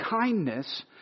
kindness